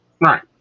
Right